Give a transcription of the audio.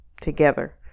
together